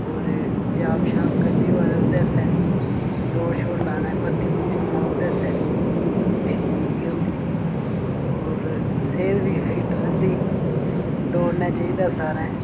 और जॉब शाब करनी होऐ ते ओह्दे आस्तै बी दौड़ शौड़ लाना भर्थी होना ओह्दे आस्तै बी ठीक होंदी और सेहत बी फिट रौहंदी दौड़ना चाही दा सारें